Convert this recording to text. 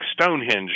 Stonehenge